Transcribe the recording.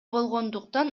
болгондуктан